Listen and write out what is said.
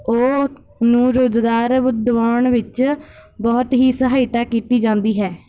ਉਹ ਨੂੰ ਰੁਜ਼ਗਾਰ ਦਵਾਉਣ ਵਿੱਚ ਬਹੁਤ ਹੀ ਸਹਾਇਤਾ ਕੀਤੀ ਜਾਂਦੀ ਹੈ